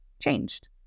changed